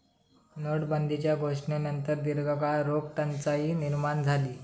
नोटाबंदीच्यो घोषणेनंतर दीर्घकाळ रोख टंचाई निर्माण झाली